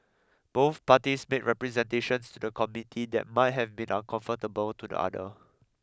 both parties made representations to the Committee that might have been uncomfortable to the other